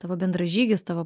tavo bendražygis tavo